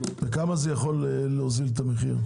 בכמה זה יכול להוזיל את המחיר?